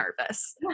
nervous